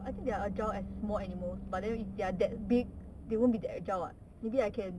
I think that are agile as small animals but then if they are that big they won't be that agile [what] maybe I can